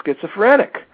schizophrenic